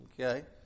Okay